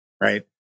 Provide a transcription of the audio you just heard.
right